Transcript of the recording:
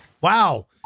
Wow